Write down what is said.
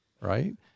Right